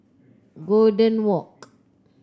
Golden Walk